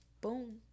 boom